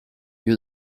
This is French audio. lieu